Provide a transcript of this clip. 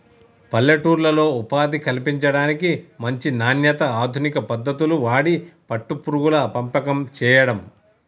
పల్లెటూర్లలో ఉపాధి కల్పించడానికి, మంచి నాణ్యత, అధునిక పద్దతులు వాడి పట్టు పురుగుల పెంపకం చేయడం